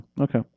Okay